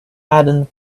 aden